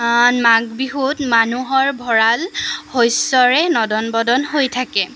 মাঘ বিহুত মানুহৰ ভঁৰাল শস্যৰে নদন বদন হৈ থাকে